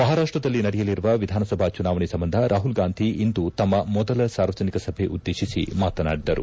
ಮಹಾರಾಷ್ಷದಲ್ಲಿ ನಡೆಯಲಿರುವ ವಿಧಾನಸಭಾ ಚುನಾವಣೆ ಸಂಬಂಧ ರಾಹುಲ್ ಗಾಂಧಿ ಇಂದು ತಮ್ನ ಮೊದಲ ಸಾರ್ವಜನಿಕ ಸಭೆ ಉದ್ದೇಶಿಸಿ ಮಾತನಾಡಿದರು